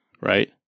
right